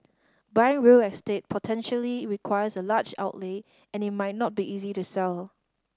buying real estate potentially requires a large outlay and it might not be easy to sell